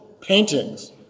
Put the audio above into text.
paintings